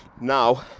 Now